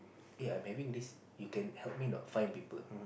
eh I'm having this you can help me a not find people